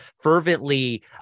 fervently